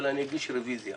אבל אני אגיש רביזיה